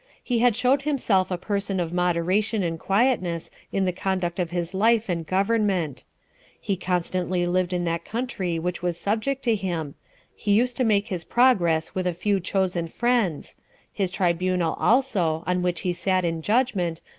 he had showed himself a person of moderation and quietness in the conduct of his life and government he constantly lived in that country which was subject to him he used to make his progress with a few chosen friends his tribunal also, on which he sat in judgment,